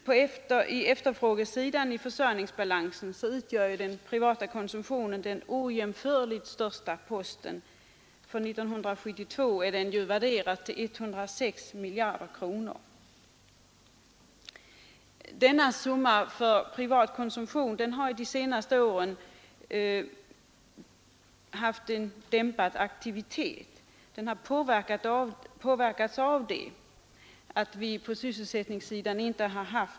På efterfrågesidan i försörjningsbalansen utgör den privata konsumtionen den ojämförligt största posten, för 1972 värderad till 106 miljarder kronor. Denna summa har påverkats av de senaste årens dämpade aktivitet på sysselsättningssidan.